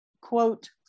quote